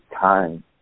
time